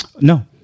No